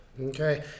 Okay